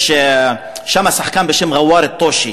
יש שם שחקן בשם רוואר אל-טושי,